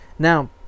Now